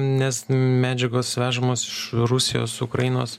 nes medžiagos vežamos iš rusijos ukrainos